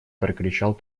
прокричал